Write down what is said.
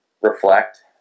reflect